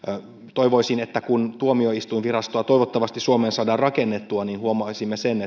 toivoisin että kun tuomioistuinvirasto toivottavasti suomeen saadaan rakennettua niin huomaisimme sen